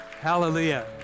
Hallelujah